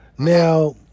Now